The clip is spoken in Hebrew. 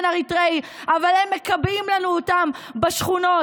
אריתריאי אבל הם מקבעים לנו אותם בשכונות.